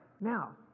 Now